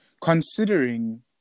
considering